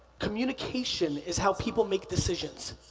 communication is how people make decisions.